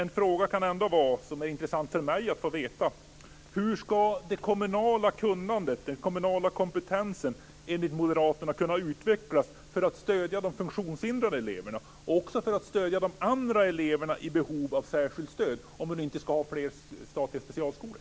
Något som för mig är intressant att få veta är följande: Hur ska det kommunala kunnandet, den kommunala kompetensen, enligt moderaterna kunna utvecklas för att stödja funktionshindrade elever och andra elever med behov av särskilt stöd om vi inte ska ha fler statliga specialskolor?